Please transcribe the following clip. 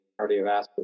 cardiovascular